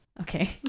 Okay